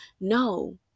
No